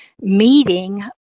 meeting